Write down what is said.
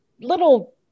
little